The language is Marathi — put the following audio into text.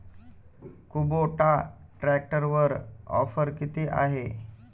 कुबोटा ट्रॅक्टरवर ऑफर किती आहे?